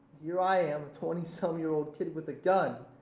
here i am, a twenty some year old kid with a gun